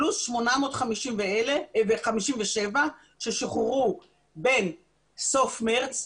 פלוס 857 ששוחררו בין סוף מרץ,